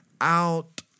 out